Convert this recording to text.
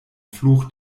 fluch